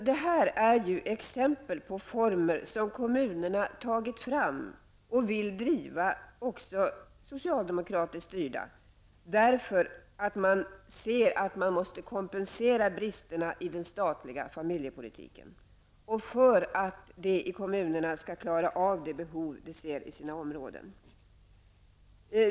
Det här är exempel på former som kommunerna -- också socialdemokratiskt styrda -- tagit fram och vill driva därför att man ser att man måste kompensera bristerna i den statliga familjepolitiken och för att man i kommunerna skall klara av de behov man ser i sina områden.